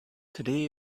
today